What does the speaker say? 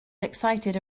excited